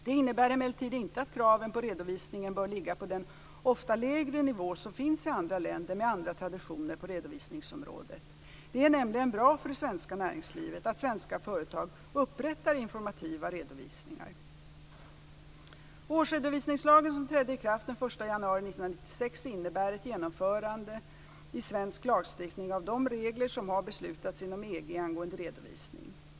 Det innebär emellertid inte att kraven på redovisningen bör ligga på den ofta lägre nivå som finns i andra länder med andra traditioner på redovisningsområdet. Det är nämligen bra för det svenska näringslivet att svenska företag upprättar informativa redovisningar. 1 januari 1996 innebär ett genomförande i svensk lagstiftning av de regler som har beslutats om inom EG angående redovisning.